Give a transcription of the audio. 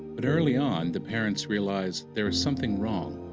but early on the parents realize there is something wrong.